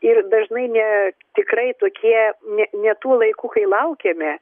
ir dažnai ne tikrai tokie ne ne tų laikų kai laukėme